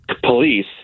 police